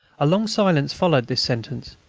a long silence followed this sentence,